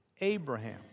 Abraham